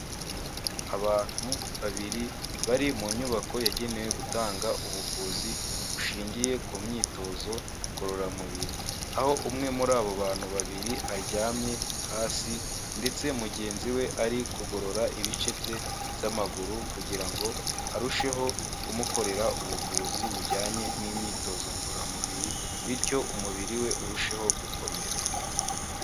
Abantu babiri bari mu nyubako yagenewe gutanga ubuvuzi bushingiye ku myitozo ngororamubiri. Aho umwe muri abo bantu babiri aryamye hasi ndetse mugenzi we ari kugorora ibice bye by'amaguru, kugira ngo arusheho kumukorera ubuvuzi bujyanye n'imyitozo ngororamubiri, bityo umubiri we urusheho gukomera.